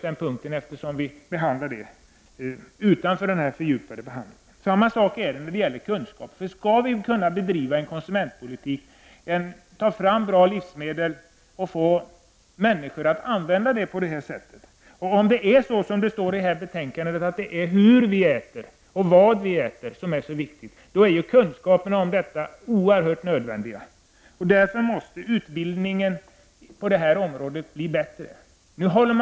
Det krävs kunskaper för att driva en riktig konsumentpolitik och för att ta fram bra livsmedel. Om, som det står i betänkandet, det viktiga är vad och hur vi äter, är kunskaper därom nödvändiga. Därför måste utbildningen på det området bli bättre.